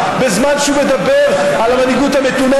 בזמן שהוא מדבר על המנהיגות המתונה.